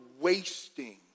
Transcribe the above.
wasting